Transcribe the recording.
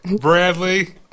Bradley